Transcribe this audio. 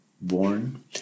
born